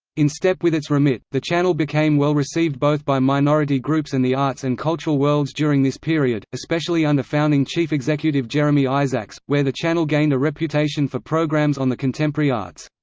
in step with its remit, the channel became well received both by minority groups and the arts and cultural worlds during this period, especially under founding chief executive jeremy isaacs, where the channel gained a reputation for programmes on the contemporary arts.